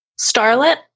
Starlet